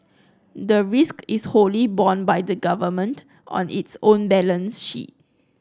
the risk is wholly borne by the government on its own balance sheet